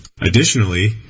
Additionally